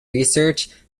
research